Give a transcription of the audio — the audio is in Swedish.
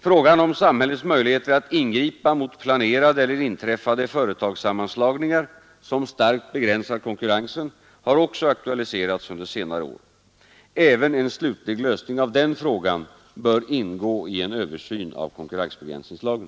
Frågan om samhällets möjligheter att ingripa mot planerade eller inträffade företagssammanslutningar som starkt begränsar konkurrensen har också aktualiserats under senare år. Även en slutlig lösning av den frågan bör ingå i en översyn av konkurrensbegränsningslagen.